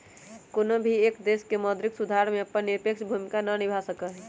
कौनो भी एक देश मौद्रिक सुधार में अपन निरपेक्ष भूमिका के ना निभा सका हई